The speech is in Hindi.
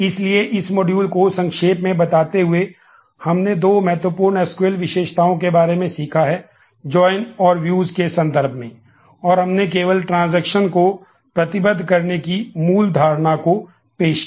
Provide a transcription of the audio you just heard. इसलिए इस मॉड्यूल को प्रतिबद्ध करने की मूल धारणा को पेश किया